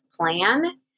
plan